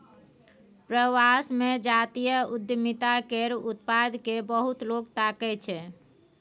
प्रवास मे जातीय उद्यमिता केर उत्पाद केँ बहुत लोक ताकय छै